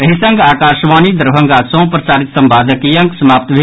एहि संग आकाशवाणी दरभंगा सँ प्रसारित संवादक ई अंक समाप्त भेल